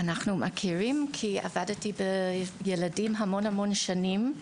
אנחנו מכירים כי עבדתי עם ילדים המון המון שנים,